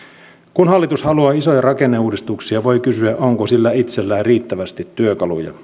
kun hallitus haluaa isoja rakenneuudistuksia voi kysyä onko sillä itsellään riittävästi työkaluja